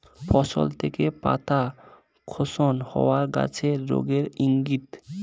ফসল থেকে পাতা স্খলন হওয়া গাছের রোগের ইংগিত